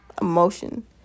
emotion